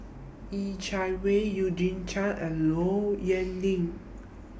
Yeh Chi Wei Eugene Chen and Low Yen Ling